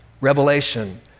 revelation